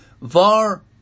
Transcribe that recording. VAR